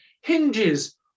hinges